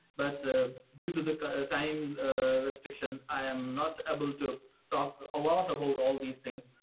but ah due to the time restriction, i'm not able to talk a lot about all these things.